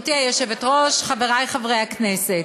גברתי היושבת-ראש, חברי חברי הכנסת,